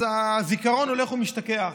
הזיכרון הולך ומשתכח.